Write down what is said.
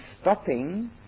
stopping